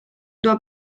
doit